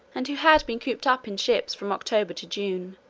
and who had been cooped up in ships from october to june,